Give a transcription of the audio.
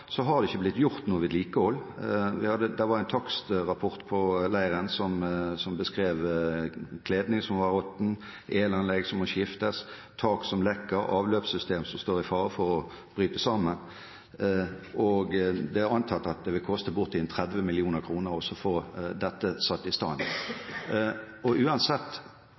har det ikke blitt gjort noe vedlikehold. Det var en takstrapport på leiren som beskrev kledning som var råtten, elanlegg som må skiftes, tak som lekker og avløpssystem som står i fare for å bryte sammen. Det er antatt at det vil koste bortimot 30 mill. kr å få dette satt i stand.